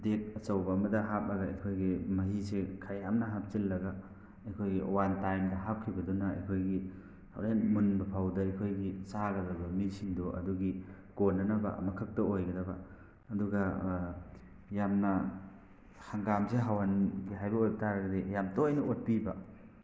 deck ꯑꯆꯧꯕ ꯑꯃꯗ ꯍꯥꯞꯂꯒ ꯑꯩꯈꯣꯏꯒꯤ ꯃꯍꯤꯁꯦ ꯈꯔ ꯌꯥꯝꯅ ꯍꯥꯞꯆꯤꯜꯂꯒ ꯑꯩꯈꯣꯏꯒꯤ ꯋꯥꯟ ꯇꯥꯏꯝꯗ ꯍꯥꯞꯈꯤꯕꯗꯨꯅ ꯑꯩꯈꯣꯏꯒꯤ ꯍꯣꯔꯦꯟ ꯃꯨꯟꯕ ꯐꯥꯎꯗ ꯑꯩꯈꯣꯏꯒꯤ ꯆꯥꯒꯗꯕ ꯃꯤꯁꯤꯡꯗꯣ ꯑꯗꯨꯒꯤ ꯀꯣꯟꯅꯅꯕ ꯑꯃꯈꯛꯇ ꯑꯣꯏꯒꯗꯕ ꯑꯗꯨꯒ ꯌꯥꯝꯅ ꯍꯪꯒꯥꯝꯁꯦ ꯍꯥꯎꯍꯟꯒꯦ ꯍꯥꯏꯕ ꯑꯣꯏꯕ ꯇꯥꯔꯒꯗꯤ ꯌꯥꯝ ꯇꯣꯏꯅ ꯑꯣꯠꯄꯤꯕ